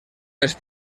més